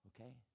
Okay